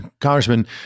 Congressman